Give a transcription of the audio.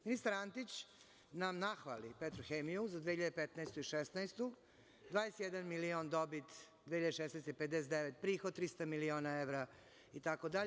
Ministar Antić nam nahvali Petrohemiju za 2015. i 2016. godinu, 21 milion dobit 2016, 59 prihod, prihod 300 miliona evra, itd.